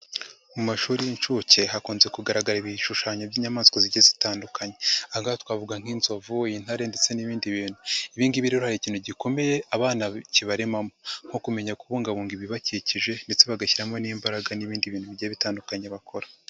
Mu mashuri y'incuke hakunze kugaragara ibishushanyo by'inyamaswa zigiye zitandukanye, aha ngaha twavuga nk'inzovu, intare ndetse n'ibindi bintu, ibingibi rero hari ikintu gikomeye abana kibaremamo nko kumenya kubungabunga ibibakikije ndetse bagashyiramo n'imbaraga n'ibindi bintu bigiye bitandukanye bakora.